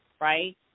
right